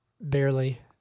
barely